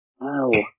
Wow